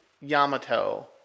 Yamato